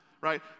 Right